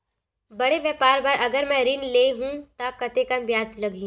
बड़े व्यापार बर अगर मैं ऋण ले हू त कतेकन ब्याज लगही?